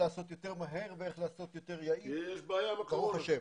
לעשות יותר מהר ואיך לעשות יותר יעיל --- כי יש בעיה עם הקורונה.